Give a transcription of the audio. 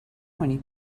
many